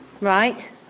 Right